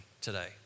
today